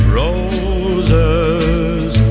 roses